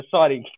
Sorry